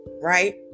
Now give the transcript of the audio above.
right